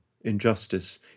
injustice